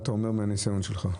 מה אתה אומר מן הניסיון שלך?